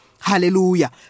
Hallelujah